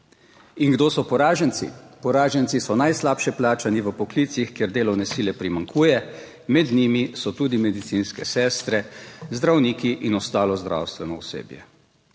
in kdo so poraženci? Poraženci so najslabše plačani v poklicih, kjer delovne sile primanjkuje. Med njimi so tudi medicinske sestre, zdravniki in ostalo zdravstveno osebje.